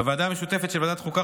בוועדה המשותפת של ועדת החוקה,